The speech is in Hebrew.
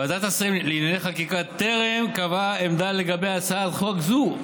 ועדת השרים לענייני חקיקה טרם קבעה עמדה לגבי הצעת חוק זו.